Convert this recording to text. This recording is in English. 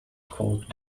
folk